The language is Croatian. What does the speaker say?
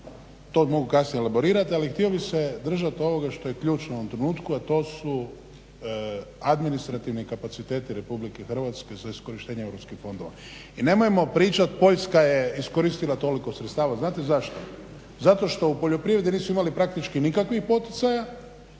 To mogu kasnije laborirati ali htio bih se držati ovoga što je ključno u ovom trenutku, a to su administrativni kapaciteti RH za iskorištenje europskih fondova. I nemojmo pričati Poljska je iskoristila toliko sredstava. Znate zašto? Zato što u poljoprivredi nisu imali praktički nikakvih poticaja